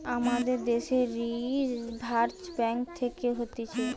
আমাদের দ্যাশের reserve bank থাকে হতিছে